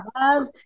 love